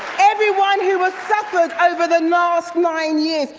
everyone who has suffered over the last nine years,